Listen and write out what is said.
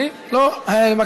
לא, הצבעה שמית.